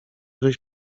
żeś